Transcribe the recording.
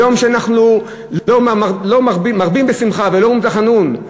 ליום שאנחנו מרבים בשמחה ולא אומרים תחנון.